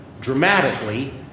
dramatically